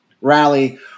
rally